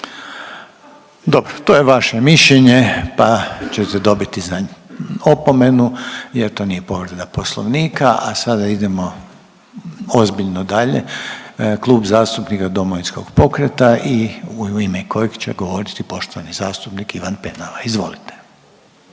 Dobro to je vaše mišljenje pa ćete dobiti opomenu jer to nije povreda poslovnika. A sada idemo ozbiljno dalje Klub zastupnika Domovinskog pokreta i u ime kojeg će govoriti poštovani zastupnik Ivan Penava. Izvolite.